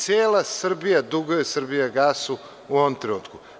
Cela Srbija duguje „Srbijagasu“ u ovom trenutku.